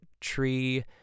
tree